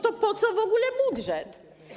To po co w ogóle budżet?